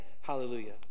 hallelujah